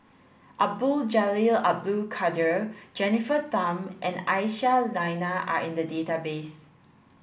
Abdul Jalil Abdul Kadir Jennifer Tham and Aisyah Lyana are in the database